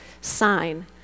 sign